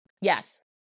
Yes